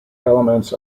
elements